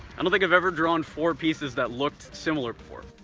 i don't think i've ever drawn four pieces that looked similar before.